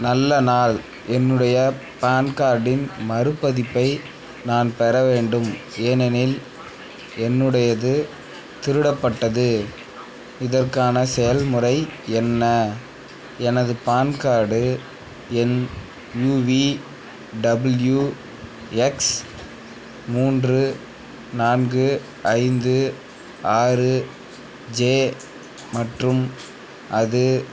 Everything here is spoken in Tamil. நல்ல நாள் என்னுடைய பான் கார்டின் மறுபதிப்பை நான் பெற வேண்டும் ஏனெனில் என்னுடையது திருடப்பட்டது இதற்கான செயல்முறை என்ன எனது பான் கார்டு எண் யுவி டபிள்யூஎக்ஸ் மூன்று நான்கு ஐந்து ஆறு ஜே மற்றும் அது